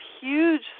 huge